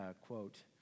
quote